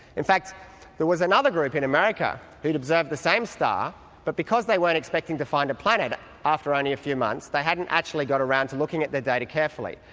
in fact there was another group in america who'd observed the same star but because they weren't expecting to find a planet after only a few months, they hadn't actually got around to looking at their data carefully.